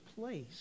place